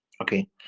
okay